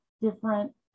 different